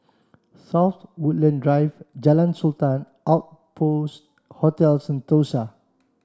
South Woodland Drive Jalan Sultan Outpost Hotel Sentosa